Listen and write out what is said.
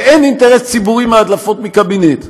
ואין אינטרס ציבורי מהדלפות מקבינט.